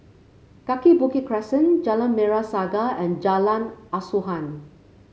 Kaki Bukit Crescent Jalan Merah Saga and Jalan Asuhan